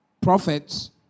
prophets